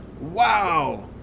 wow